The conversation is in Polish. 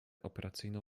operacyjną